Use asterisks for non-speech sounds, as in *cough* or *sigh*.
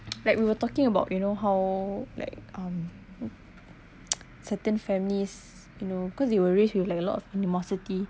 *noise* like we were talking about you know how like um *noise* certain families you know because they were rich they were like lot of animosity